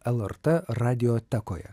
lrt radiotekoje